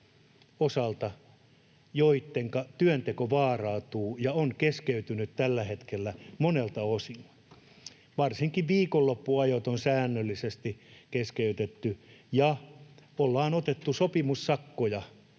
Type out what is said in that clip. osalta, joitten työnteko vaarantuu ja on keskeytynyt tällä hetkellä monelta osin. Varsinkin viikonloppuajot on säännöllisesti keskeytetty, ja ollaan otettu sopimussakkoja